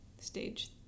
stage